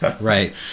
Right